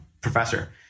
professor